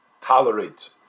tolerate